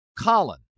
Colin